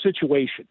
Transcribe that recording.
situation